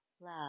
love